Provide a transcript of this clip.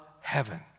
heaven